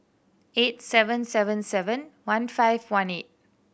eight seven seven seven one five one eight